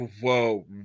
whoa